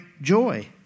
joy